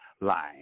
line